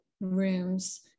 rooms